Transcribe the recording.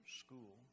school